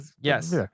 yes